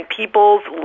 people's